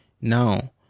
now